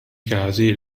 casi